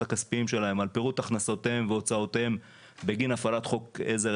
הכספיים שלהן על פירוט הכנסותיהן והוצאותיהן בגין הפעלת חוק עזר,